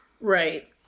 Right